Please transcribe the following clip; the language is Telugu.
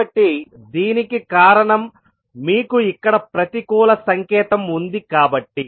కాబట్టి దీనికి కారణం మీకు ఇక్కడ ప్రతికూల సంకేతం ఉంది కాబట్టి